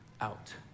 out